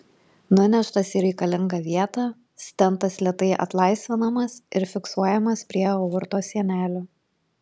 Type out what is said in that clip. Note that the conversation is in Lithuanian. nuneštas į reikalingą vietą stentas lėtai atlaisvinamas ir fiksuojamas prie aortos sienelių